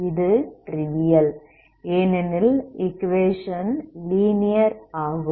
இது ட்ரிவியல் ஏனெனில் equation linear ஆகும்